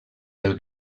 del